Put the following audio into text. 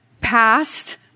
past